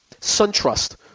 SunTrust